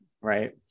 right